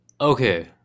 Okay